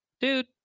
dude